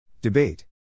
Debate